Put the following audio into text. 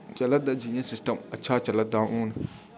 चलै करदा ऐ जि'यां सिस्टम अच्छा चलै दा हून